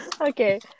Okay